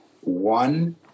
one –